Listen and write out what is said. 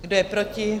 Kdo je proti?